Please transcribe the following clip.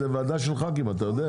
זאת ועדה של חברי כנסת, אתה יודע.